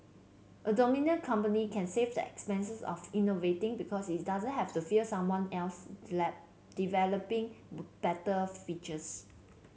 a dominant company can save the expense of innovating because it doesn't have to fear someone else developing better features